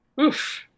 Oof